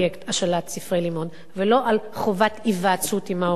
השאלת ספרי לימוד ולא על חובת היוועצות בהורים.